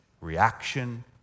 reaction